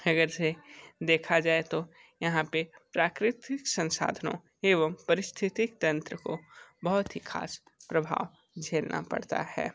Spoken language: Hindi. अगर से देखा जाए तो यहाँ पर प्राकृतिक संसाधनों एवं पारिस्थितिकी तंत्र को बहुत ही ख़ास प्रभाव झेलना पड़ता है